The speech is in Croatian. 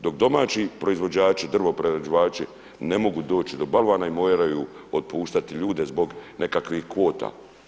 Dok domaći proizvođači drvoprerađivači ne mogu doći do balvana i moraju otpuštati ljude zbog nekakvih kvota.